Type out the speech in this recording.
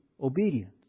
obedience